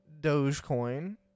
Dogecoin